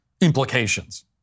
implications